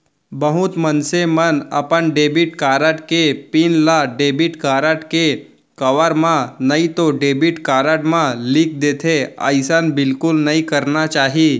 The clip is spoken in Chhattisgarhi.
बहुत मनसे मन अपन डेबिट कारड के पिन ल डेबिट कारड के कवर म नइतो डेबिट कारड म लिख देथे, अइसन बिल्कुल नइ करना चाही